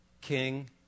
king